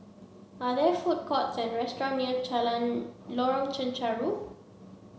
are there food courts or restaurants near Lorong Chencharu